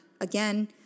again